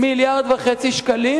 1.5 מיליארד שקלים,